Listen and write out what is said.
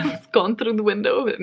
and it's gone through the window. but and